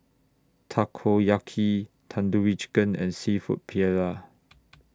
Takoyaki Tandoori Chicken and Seafood Paella